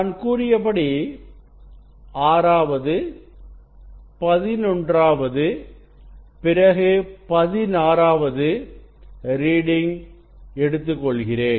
நான் கூறியபடி ஆறாவது பதினொன்றாவது பிறகு பதினாறாவது ரீடிங் எடுத்துக்கொள்கிறேன்